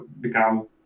become